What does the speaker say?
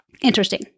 Interesting